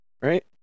Right